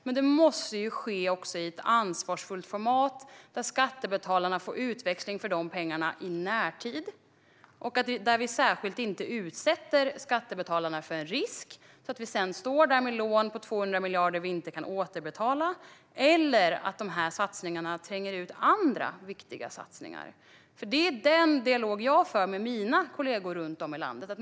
Men det måste ske i ett ansvarsfullt format där skattebetalarna får utväxling för pengarna i närtid och vi inte utsätter skattebetalarna för risken att vi sedan står där med lån på 200 miljarder som vi inte kan återbetala eller risken att de här satsningarna tränger ut andra viktiga satsningar. Det är den dialogen jag för med mina kollegor runt om i landet.